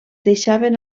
deixaven